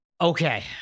Okay